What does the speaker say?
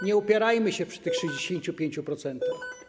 Nie upierajmy się przy tych 65%.